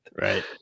Right